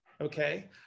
okay